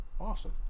Awesome